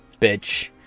bitch